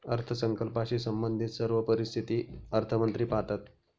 अर्थसंकल्पाशी संबंधित सर्व परिस्थिती अर्थमंत्री पाहतात